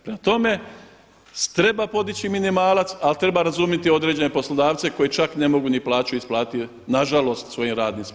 Prema tome, treba podići minimalac ali treba razumjeti određene poslodavca koji čak ne mogu ni plaću isplatiti nažalost svojim radnicima.